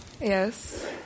Yes